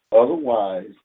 otherwise